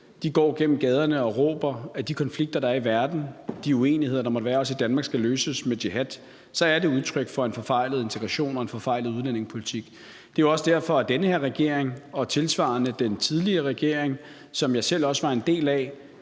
går gennem gaderne og råber, at de konflikter, der er i verden, de uenigheder, der måtte være også i Danmark, skal løses med jihad, så er det udtryk for en forfejlet integration og en forfejlet udlændingepolitik. Det er også derfor, denne regering og tilsvarende den tidligere regering, som jeg selv også var en del af,